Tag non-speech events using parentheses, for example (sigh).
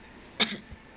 (coughs)